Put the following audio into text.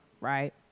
right